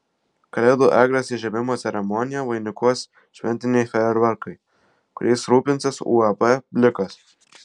kalėdų eglės įžiebimo ceremoniją vainikuos šventiniai fejerverkai kuriais rūpinsis uab blikas